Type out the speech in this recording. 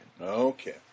Okay